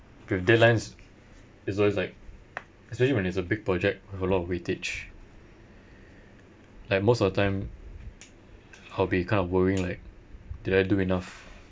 the deadlines is always like especially when it's a big project with a lot of weightage like most of the time I'll be kind of worrying like did I do enough